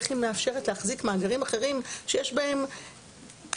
איך היא מאפשרת להחזיק מאגרים אחרים שיש בהם כמעט